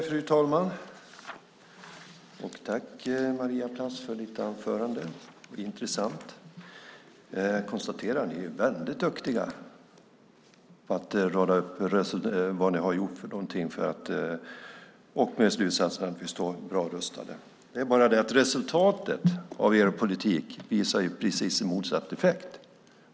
Fru talman! Jag tackar Maria Plass för hennes anförande. Det var intressant. Jag konstaterar att ni är väldigt duktiga på att rada upp vad ni har gjort för något och med slutsatsen att vi står bra rustade. Det är bara det att resultatet av er politik visar precis motsatt effekt.